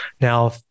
Now